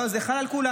לא, זה חל על כולם.